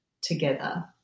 together